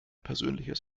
persönliches